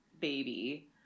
baby